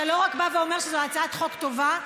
אתה לא רק אומר שזו הצעת חוק טובה,